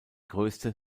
größte